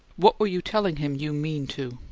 what were you telling him you mean to